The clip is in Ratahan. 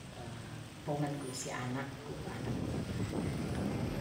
pomenku si anak, anaku anaku.